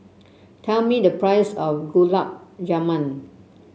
tell me the price of Gulab Jamun